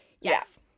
Yes